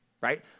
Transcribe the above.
right